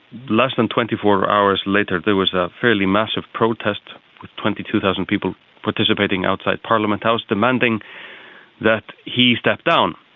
less than twenty four hours later there was a fairly massive protest with twenty two thousand people participating outside parliament house demanding that he step down.